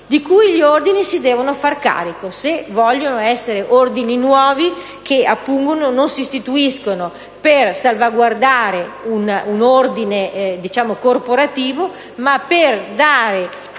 di cui gli ordini si devono far carico, se vogliono essere ordini nuovi che non si istituiscono per salvaguardare un ordine corporativo, ma per dare